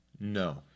No